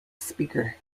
speaker